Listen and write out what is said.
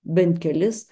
bent kelis